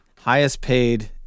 highest-paid